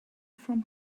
from